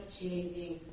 changing